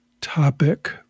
topic